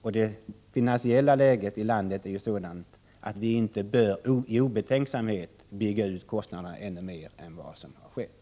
Och det finansiella läget i landet är sådant att vi inte i obetänksamhet bör bygga ut kostnaderna ännu mer än vad som skett.